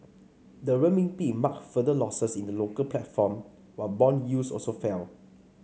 the Renminbi marked further losses in the local platform while bond yields also fell